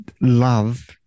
love